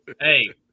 Hey